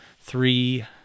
three